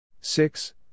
Six